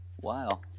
Wow